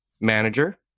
manager